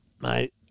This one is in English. mate